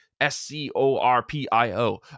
S-C-O-R-P-I-O